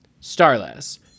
Starless